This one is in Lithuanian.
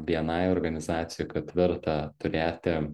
bni organizacijoj kad verta turėti